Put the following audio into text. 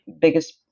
biggest